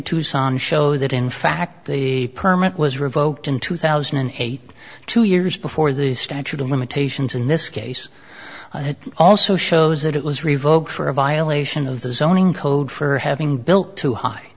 tucson show that in fact the permit was revoked in two thousand and eight two years before the statute of limitations in this case it also shows that it was revoked for a violation of the zoning code for having built too h